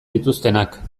dituztenak